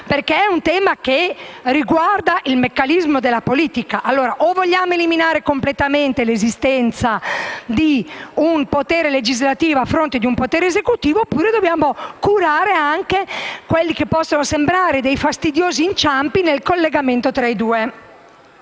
certa su questo tema, che riguarda il meccanismo della politica. O vogliamo eliminare completamente l'esistenza di un potere legislativo a fronte di un potere esecutivo, oppure dobbiamo curare quelli che possono sembrare dei fastidiosi inciampi nel collegamento tra i due